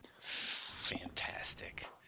Fantastic